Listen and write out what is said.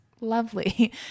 lovely